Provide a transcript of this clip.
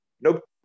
Nope